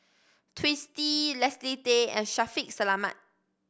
Twisstii Leslie Tay and Shaffiq Selamat